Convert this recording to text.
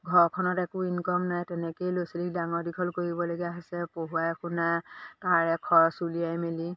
ঘৰখনত একো ইনকম নাই তেনেকৈয়ে ল'ৰা ছোৱালীক ডাঙৰ দীঘল কৰিবলগীয়া হৈছে পঢ়ুৱাই শুনাই তাৰে খৰচ উলিয়াই মেলি